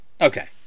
Okay